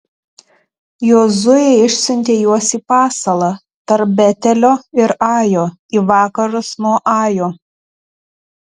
jozuė išsiuntė juos į pasalą tarp betelio ir ajo į vakarus nuo ajo